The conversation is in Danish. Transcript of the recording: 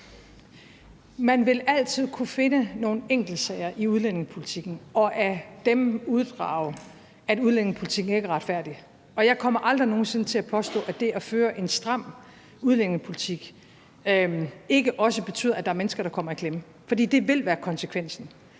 Man vil altid kunne finde nogle enkeltsager i udlændingepolitikken og af dem uddrage, at udlændingepolitikken ikke er retfærdig, og jeg kommer aldrig nogen sinde til at påstå, at det at føre en stram udlændingepolitik ikke også betyder, at der er mennesker, der kommer i klemme, for det vil være konsekvensen.